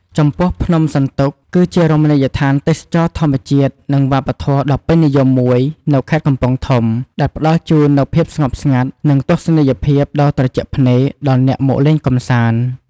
ចំពោះភ្នំសន្ទុក គឺជារមណីយដ្ឋានទេសចរណ៍ធម្មជាតិនិងវប្បធម៌ដ៏ពេញនិយមមួយនៅខេត្តកំពង់ធំ ដែលផ្តល់ជូននូវភាពស្ងប់ស្ងាត់និងទស្សនីយភាពដ៏ត្រជាក់ភ្នែកដល់អ្នកមកលេងកំសាន្ដ។